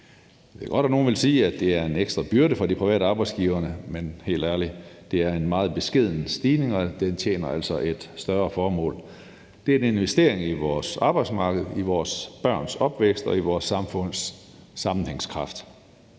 Jeg ved godt, at nogle vil sige, at det er en ekstra byrde for de private arbejdsgivere, men, helt ærligt, det er en meget beskeden stigning, og den tjener altså et større formål. Det er en investering i vores arbejdsmarked, i vores børns opvækst og i vores samfunds sammenhængskraft.